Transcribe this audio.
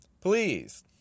Please